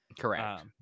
Correct